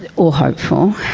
and or hope for.